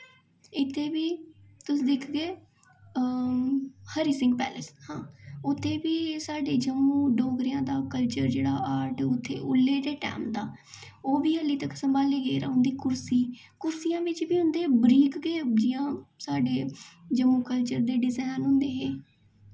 इत्थै बी तुस दिक्खगे हरि सिंह पैलेस हां उत्थै बी साढ़ा जेह्ड़ा जम्मू डोगरेआं दा जेह्ड़ा कल्चल ऑर्ट ऐ उत्थै उसलै दे टैम दा ओह्बी आल्ली तक्कर सम्हालियै रक्खे दा उं'दी कुरसी कुरसियै बिच्च बी उं'दे बरीक गै जि'यां साढ़े जम्मू कल्चर दे डिजाईन होंदे हे